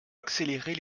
accélérer